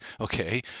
Okay